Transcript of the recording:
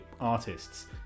artists